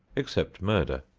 except murder.